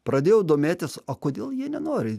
pradėjau domėtis o kodėl jie nenori